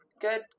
good